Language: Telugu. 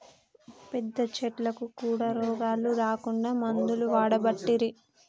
పెద్ద చెట్లకు కూడా రోగాలు రాకుండా మందులు వాడబట్టిరి